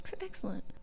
Excellent